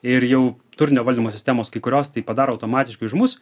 ir jau turinio valdymo sistemos kai kurios tai padaro automatiškai už mus